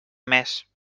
més